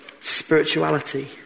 spirituality